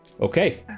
okay